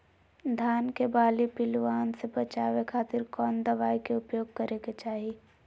धान के बाली पिल्लूआन से बचावे खातिर कौन दवाई के उपयोग करे के चाही?